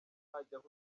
hajyaho